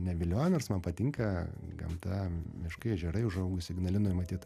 nevilioja nors man patinka gamta miškai ežerai užaugus ignalinoj matyt